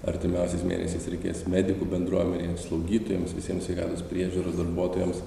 artimiausiais mėnesiais reikės medikų bendruomenei slaugytojams visiems sveikatos priežiūros darbuotojams